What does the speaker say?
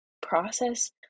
process